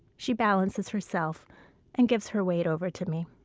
she balances herself and gives her weight over to me.